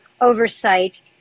oversight